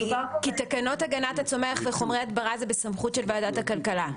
כי תקנות הגנת הצומח וחומרי הדברה זה בסמכותה של ועדת הכלכלה.